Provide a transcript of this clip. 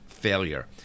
failure